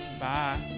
Bye